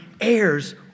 heirs